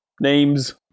Names